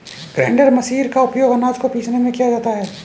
grinder machine का उपयोग आनाज को पीसने में किया जाता है